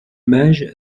images